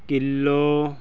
kilo